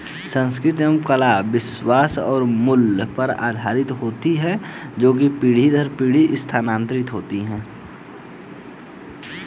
संस्कृति एवं कला विश्वास और मूल्य पर आधारित होती है जो पीढ़ी दर पीढ़ी स्थानांतरित होती हैं